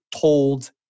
told